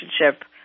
relationship